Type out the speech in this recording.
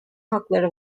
hakları